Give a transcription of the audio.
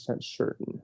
certain